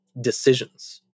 decisions